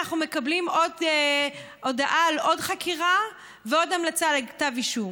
אנחנו מקבלים עוד הודעה על עוד חקירה ועוד המלצה לכתב אישום,